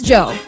Joe